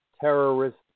terrorist